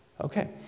Okay